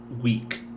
week